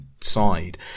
side